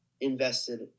invested